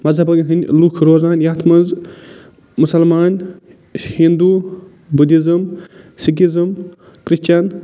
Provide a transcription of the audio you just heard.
مزہبَن ۂنٛدۍ لُکھ روزان یَتھ منٛز مُسلمان ہِنٛدوٗ بُدہزِم سِکِزِم کرچھن